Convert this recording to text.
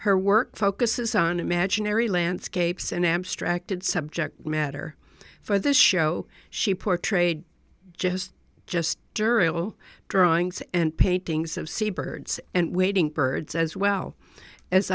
her work focuses on imaginary landscapes and abstracted subject matter for this show she portrayed just just durable drawings and paintings of sea birds and waiting birds as